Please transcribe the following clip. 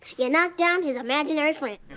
ya knocked down his imaginary friend.